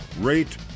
rate